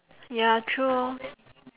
ya true orh